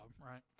right